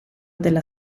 dalla